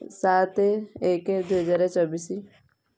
ସାତେ ଏକେ ଦୁଇ ହଜାର ଚବିଶି